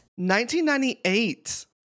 1998